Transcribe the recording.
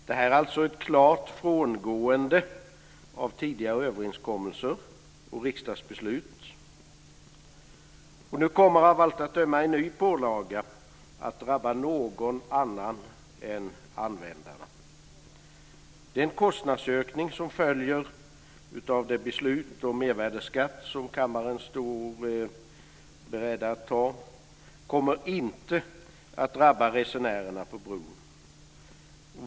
Detta är alltså ett klart frångående från tidigare överenskommelser och riksdagsbeslut. Och nu kommer av allt att döma en ny pålaga att drabba någon annan än användarna. Den kostnadsökning som följer av det beslut om mervärdesskatt som kammaren står beredd att fatta kommer inte att drabba resenärerna på bron.